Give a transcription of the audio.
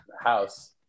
house